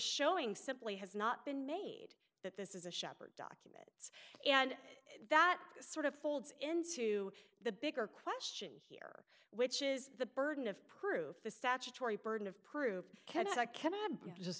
showing simply has not been made that this is a shepherd documents and that sort of folds into the bigger question here which is the burden of proof the statutory burden of proof ken i cannot just